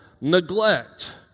neglect